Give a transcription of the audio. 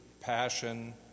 passion